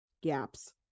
gaps